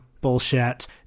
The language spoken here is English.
bullshit